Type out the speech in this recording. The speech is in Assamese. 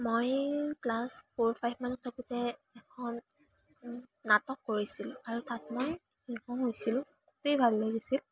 মই ক্লাছ ফ'ৰ ফাইভমানত থাকোঁতে এখন নাটক কৰিছিলোঁ আৰু তাত মই সিংহ হৈছিলোঁ খুবেই ভাল লাগিছিল